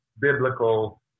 biblical